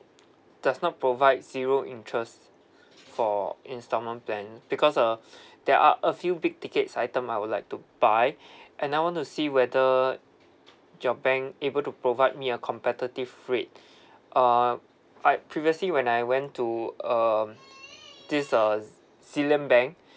does not provide zero interest for instalment plan because uh there are a few big tickets item I would like to buy and I want to see whether your bank able to provide me a competitive rate uh I previously when I went to um this uh z~ zealand bank